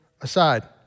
aside